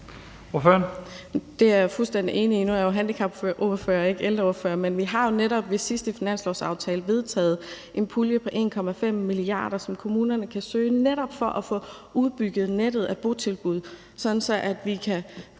Det er jeg fuldstændig enig i. Nu er jeg er handicapordfører og ikke ældreordfører, men vi har jo netop ved sidste finanslovsaftale vedtaget en pulje på 1,5 mia. kr., som kommunerne kan søge, netop for at få udbygget nettet af botilbud, sådan at vi kan